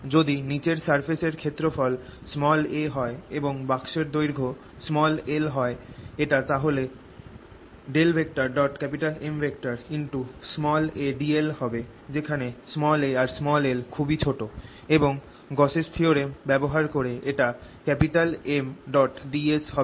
যদি নিচের সারফেস এর ক্ষেত্রফল a হয় এবং বাক্স এর দৈর্ঘ্য হয় l এটা তাহলে Madl হবে যেখানে a আর l খুবই ছোট এবং গাউসস থিওরেম ব্যবহার করে এটা Mds হবে